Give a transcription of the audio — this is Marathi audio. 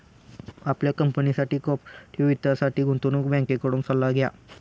आपल्या कंपनीसाठी कॉर्पोरेट वित्तासाठी गुंतवणूक बँकेकडून सल्ला घ्या